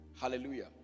Hallelujah